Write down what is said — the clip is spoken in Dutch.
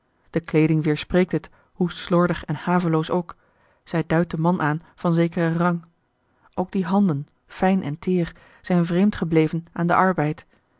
de kleeding weerspreekt het hoe slordig en haveloos ook zij duidt den man aan van zekeren rang ook die handen fijn en teêr zijn vreemd gebleven aan den arbeid